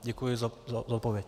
Děkuji za odpověď.